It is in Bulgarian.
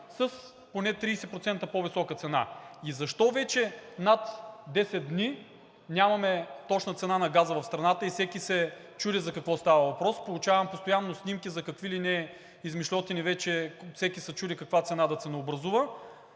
с поне 30% по-висока цена? И защо вече над 10 дни нямаме точна цена на газа в страната и всеки се чуди за какво става въпрос? Получавам постоянно снимки за какви ли не измишльотини. Вече всеки се чуди каква цена да ценообразува.